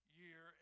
year